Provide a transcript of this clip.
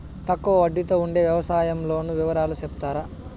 తక్కువ వడ్డీ తో ఉండే వ్యవసాయం లోను వివరాలు సెప్తారా?